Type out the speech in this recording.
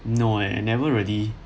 no eh I never really